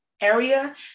area